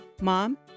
Mom